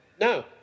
No